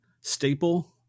staple